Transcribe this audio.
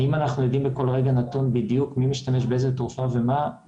האם אנחנו יודעים בכל רגע נתון בדיוק מי משתמש באיזו תרופה ומה?